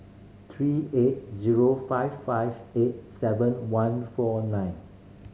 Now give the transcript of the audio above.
three eight zero five five eight seven one four nine